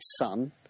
son